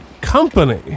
company